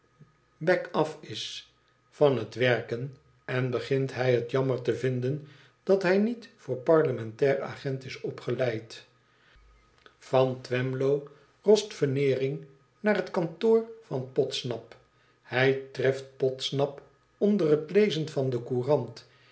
af is van het werken en begint hij het jammer te vinden dat hij niet voor parlementair agent is opgeleid van twemlow rost veneering naar het kantoor van podsnap hij treft podsnap onder het lezen van de courant